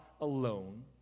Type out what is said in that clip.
alone